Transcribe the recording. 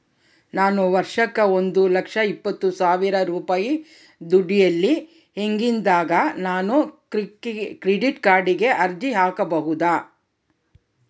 ನಾನು ವರ್ಷಕ್ಕ ಒಂದು ಲಕ್ಷ ಇಪ್ಪತ್ತು ಸಾವಿರ ರೂಪಾಯಿ ದುಡಿಯಲ್ಲ ಹಿಂಗಿದ್ದಾಗ ನಾನು ಕ್ರೆಡಿಟ್ ಕಾರ್ಡಿಗೆ ಅರ್ಜಿ ಹಾಕಬಹುದಾ?